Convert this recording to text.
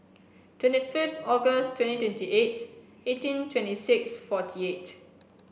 twenty fifth August twenty twenty eight eighteen twenty six forty eight